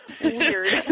Weird